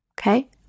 okay